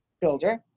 builder